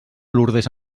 lurdes